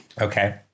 Okay